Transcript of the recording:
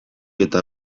eta